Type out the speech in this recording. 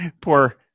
poor